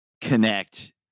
connect